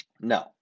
No